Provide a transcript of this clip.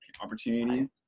opportunity